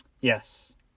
Yes